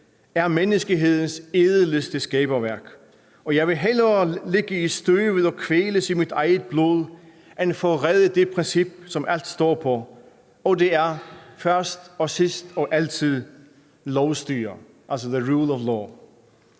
er menneskehedens ædleste skaberværk, og jeg vil hellere ligge i støvet og kvæles i mit eget blod end forråde det princip, som alt står på, og det er først og sidst og altid: lovstyre,